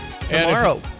tomorrow